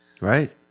Right